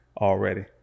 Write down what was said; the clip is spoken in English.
already